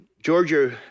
Georgia